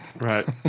Right